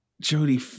Jody